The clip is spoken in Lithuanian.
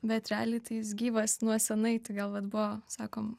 bet realiai tai jis gyvas nuo seniai tai gal vat buvo sakoma